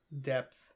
depth